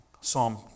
Psalm